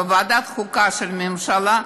בוועדת השרים לענייני חקיקה של הממשלה,